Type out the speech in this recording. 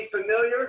familiar